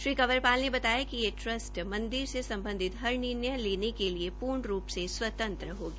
श्री कंवरपाल ने बताया कि यह ट्रस्ट मंदिर से सम्बधित हर निर्णय लेने के लिए पूर्ण रूप से स्वतंत्र होगा